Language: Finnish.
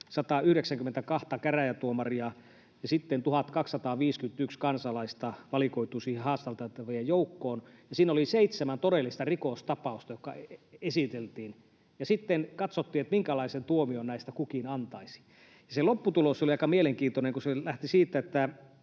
192:ta käräjätuomaria, ja sitten 1 251 kansalaista valikoitui siihen haastateltavien joukkoon. Siinä oli seitsemän todellista rikostapausta, jotka esiteltiin, ja sitten katsottiin, minkälaisen tuomion näistä kukin antaisi. Se lopputulos oli aika mielenkiintoinen, kun se lähti siitä, että